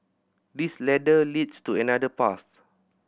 this ladder leads to another path